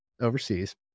overseas